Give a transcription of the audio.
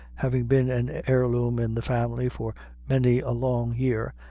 having been an heir-loom in the family for many a long year,